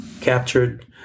captured